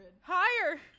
Higher